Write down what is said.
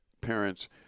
parents